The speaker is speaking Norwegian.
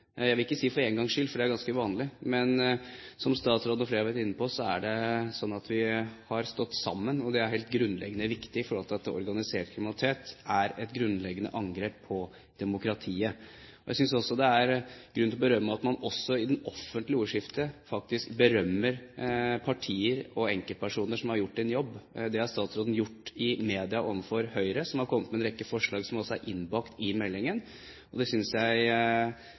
Jeg vil ikke si for én gangs skyld – for det er ganske vanlig – men som statsråden og flere har vært inne på, er det slik at vi har stått sammen, og det er helt grunnleggende viktig med tanke på at organisert kriminalitet er et grunnleggende angrep på demokratiet. Jeg synes det er grunn til å berømme at man også i det offentlige ordskiftet faktisk berømmer partier og enkeltpersoner som har gjort en jobb. Det har statsråden gjort i media overfor Høyre, som har kommet med en rekke forslag som er innbakt i meldingen. Det synes jeg